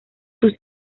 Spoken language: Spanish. sus